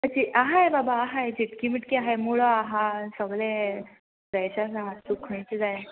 आहाय बाबा आहाय चिटकी मिटकी आहाय मुळो आहा सगलें फ्रेश आसा तुका खुंयचें जाये